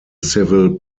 civil